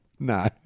No